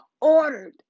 ordered